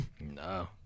No